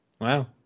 Wow